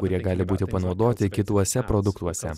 kurie gali būti panaudoti kituose produktuose